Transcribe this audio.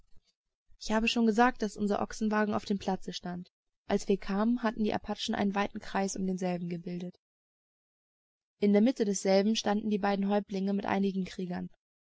ich habe schon gesagt daß unser ochsenwagen auf dem platze stand als wir kamen hatten die apachen einen weiten kreis um denselben gebildet in der mitte desselben standen die beiden häuptlinge mit einigen kriegern